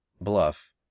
bluff